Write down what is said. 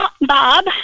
Bob